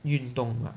运动吗